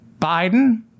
Biden